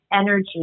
energy